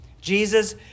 Jesus